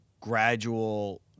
gradual